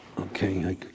Okay